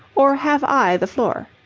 or have i the floor?